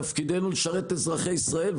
תפקידנו לשרת את אזרחי ישראל,